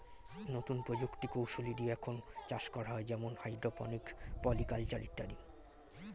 নতুন প্রযুক্তি কৌশলী দিয়ে এখন চাষ করা হয় যেমন হাইড্রোপনিক, পলি কালচার ইত্যাদি